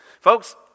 Folks